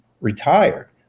retired